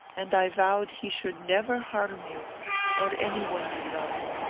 and i vowed he should never harm you or any one you loved.